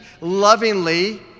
lovingly